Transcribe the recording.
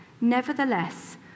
Nevertheless